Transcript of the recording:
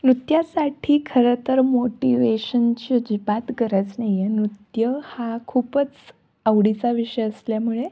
नृत्यासाठी खरं तर मोटिवेशनची अजिबात गरज नाही आहे नृत्य हा खूपच आवडीचा विषय असल्यामुळे